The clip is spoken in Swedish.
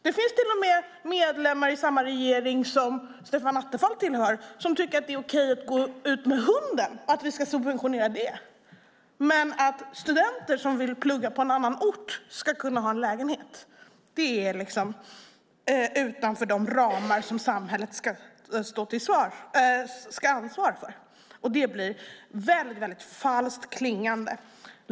Det finns till och med medlemmar i samma regering som Stefan Attefall tillhör som tycker att det är okej att subventionera att någon går ut med hunden. Men att studenter som vill plugga på annan ort ska kunna ha en lägenhet, det är liksom utanför de ramar som samhället ska ha ansvar för. Det klingar väldigt falskt.